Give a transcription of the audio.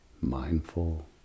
mindful